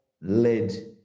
led